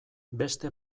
beste